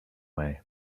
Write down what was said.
way